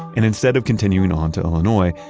and instead of continuing on to illinois,